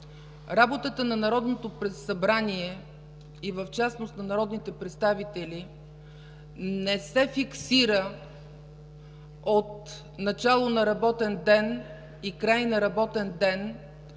Работата на Народното събрание, и в частност на народните представители, не се фиксира от начало и край на работния ден,